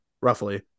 roughly